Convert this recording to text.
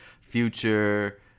future